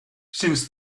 since